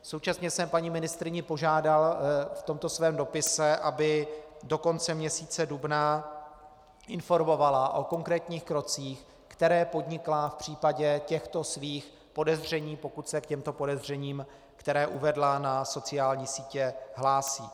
Současně jsem paní ministryni požádal v tomto svém dopise, aby do konce měsíce dubna informovala o konkrétních krocích, které podnikla v případě těchto svých podezření, pokud se k těmto podezřením, které uvedla na sociální sítě, hlásí.